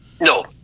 No